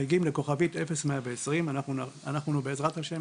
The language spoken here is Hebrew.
מחייגים לכוכבית 0120. אנחנו בעזרת השם